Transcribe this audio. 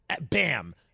Bam